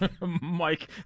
mike